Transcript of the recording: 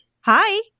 Hi